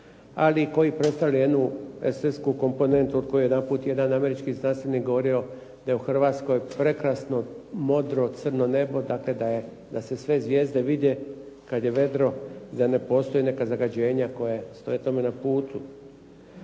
ali koji predstavlja jednu estetsku komponentu od koje jedan američki znanstvenik govorio da je Hrvatskoj prekrasno modro crno nebo, dakle da se sve zvijezde vide kada je vedro, da ne postoje neka zagađenja koja stoje tome na putu.